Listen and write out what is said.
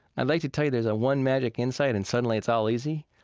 i'd like to tell you there's a one magic insight and suddenly it's all easy.